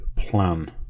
plan